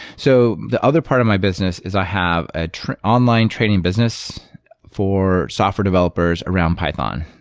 so the other part of my business is i have an online training business for software developers around python.